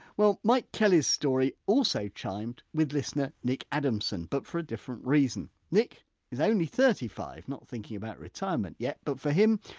well mike kelly's story also chimed with listener nick adamson but for a different reason. nick is only thirty five, not thinking about retirement yet, but for him,